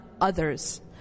others